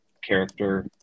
Character